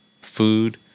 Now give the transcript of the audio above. food